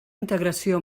integració